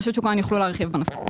רשות שוק ההון תוכל להרחיב בנושא.